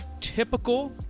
typical